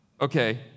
Okay